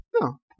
No